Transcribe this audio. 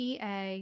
pa